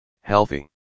healthy